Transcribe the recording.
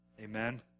Amen